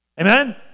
Amen